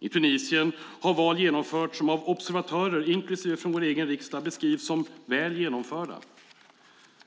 I Tunisien har val genomförts som av observatörer inklusive representanter från vår egen riksdag beskrivs som väl genomförda.